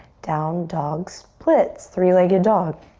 down dog splits, three-legged dog.